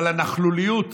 אבל הנכלוליות